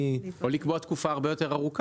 --- או לקבוע תקופה הרבה יותר ארוכה.